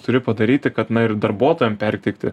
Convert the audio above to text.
turi padaryti kad na ir darbuotojam perteikti